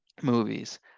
movies